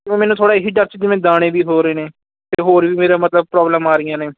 ਜੀ ਮੈਨੂੰ ਥੋੜ੍ਹਾ ਇਹੀ ਡਰ ਸੀ ਜਿਵੇਂ ਦਾਣੇ ਵੀ ਹੋ ਰਹੇ ਨੇ ਅਤੇ ਹੋਰ ਵੀ ਮੇਰਾ ਮਤਲਬ ਪ੍ਰੋਬਲਮ ਆ ਰਹੀਆਂ ਨੇ